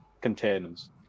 containers